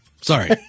Sorry